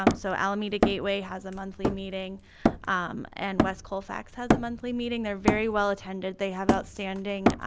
um so alameda gateway has a monthly meeting and west colfax has a monthly meeting. they're very well attended. they have outstanding